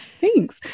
Thanks